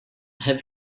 heavy